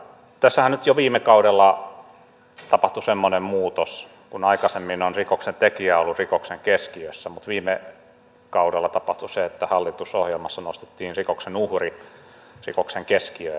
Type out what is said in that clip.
tässähän nyt jo viime kaudella tapahtui semmoinen muutos että kun aikaisemmin on rikoksen tekijä ollut rikoksen keskiössä niin viime kaudella tapahtui se että hallitusohjelmassa nostettiin rikoksen uhri rikoksen keskiöön